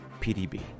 pdb